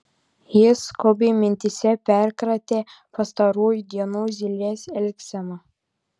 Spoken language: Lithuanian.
jis skubiai mintyse perkratė pastarųjų dienų zylės elgseną